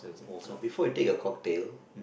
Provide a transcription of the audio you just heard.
uh before you take your cocktail